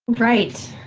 right,